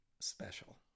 special